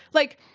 like,